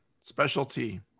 Specialty